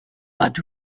but